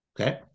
Okay